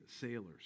sailors